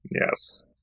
Yes